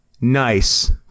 nice